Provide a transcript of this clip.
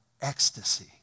ecstasy